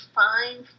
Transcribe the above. fine